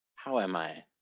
how am i?